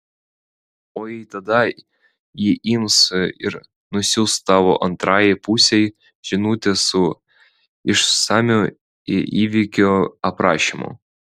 o jei tada ji ims ir nusiųs tavo antrajai pusei žinutę su išsamiu įvykio aprašymu